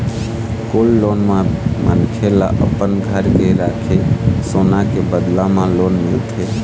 gold loan म मनखे ल अपन घर के राखे सोना के बदला म लोन मिलथे